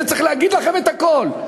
זה צריך להגיד לכם את הכול.